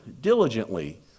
diligently